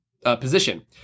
position